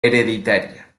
hereditaria